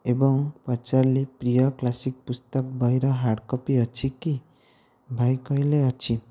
ଏବଂ ପଚାରିଲି ପ୍ରିୟ କ୍ଲାସିକ ପୁସ୍ତକ ବହିର ହାର୍ଡ଼କପି ଅଛିକି ଭାଈ କହିଲେ ଅଛି